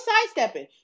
sidestepping